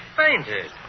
fainted